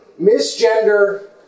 misgender